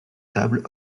tables